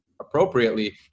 appropriately